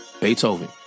Beethoven